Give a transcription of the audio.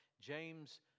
James